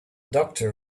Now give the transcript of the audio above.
doctor